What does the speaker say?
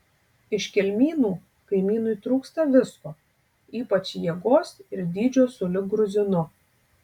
iš kelmynų kaimynui trūksta visko ypač jėgos ir dydžio sulig gruzinu